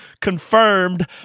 confirmed